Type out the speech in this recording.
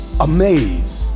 amazed